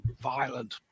violent